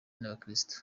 n’abakirisitu